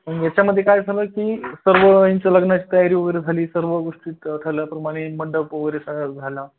मग याच्यामध्ये काय झालं की सर्व यांच लग्नाची तयारी वगैरे झाली सर्व गोष्टी ठरल्याप्रमाणे मंडप वगैरे सगळा झाला